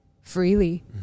freely